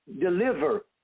deliver